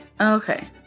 Okay